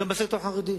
גם בסקטור החרדי.